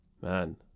man